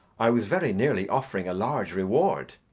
i was very nearly offering a large reward.